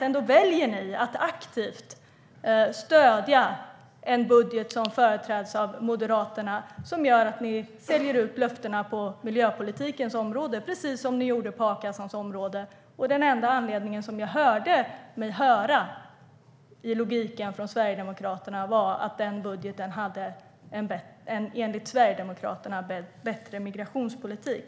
Ändå väljer ni att aktivt stödja en budget som företräds av Moderaterna. Ni säljer ut löftena på miljöpolitikens område, precis som ni gjorde med a-kassan. Och den enda anledningen jag tyckte mig höra i Sverigedemokraternas logik var att den budgeten hade en, enligt Sverigedemokraterna, bättre migrationspolitik.